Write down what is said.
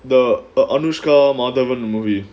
the anushka madhavan movie